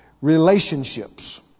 Relationships